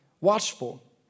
watchful